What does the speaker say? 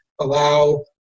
allow